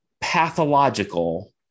pathological